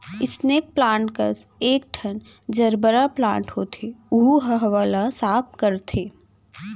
snake plant कस एकठन gerbera plant होथे ओहू ह हवा ल साफ करथे